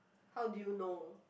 how do you know